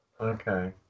Okay